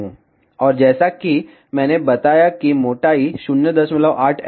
और जैसा कि मैंने बताया कि मोटाई 08 mm है